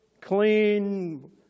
clean